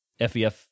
FEF